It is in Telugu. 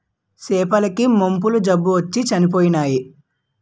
సేపల కి మొప్పల జబ్బొచ్చి సచ్చిపోయినాయి